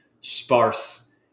sparse